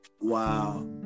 Wow